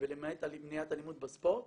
ולמעט מניעת אלימות בספורט